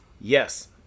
Yes